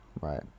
right